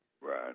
Right